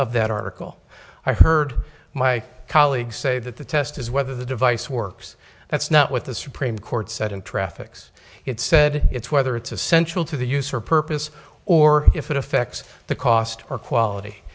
of that article i heard my colleague say that the test is whether the device works that's not what the supreme court said in traffics it said it's whether it's essential to the use or purpose or if it affects the cost or quality